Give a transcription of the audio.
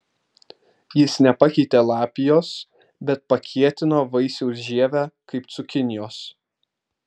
jis nepakeitė lapijos bet pakietino vaisiaus žievę kaip cukinijos